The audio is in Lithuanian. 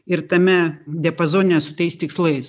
ir tame diapazone su tais tikslais